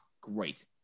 great